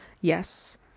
yes